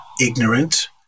ignorant